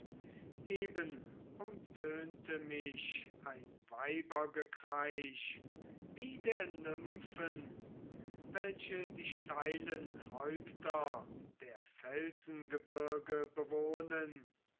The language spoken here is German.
eben umtönte mich ein weibergekreisch wie der nymphen welche die steilen häupter der felsengebirge bewohnen